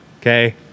Okay